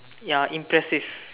ya impressive